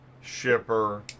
shipper